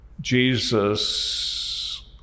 Jesus